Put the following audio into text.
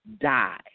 die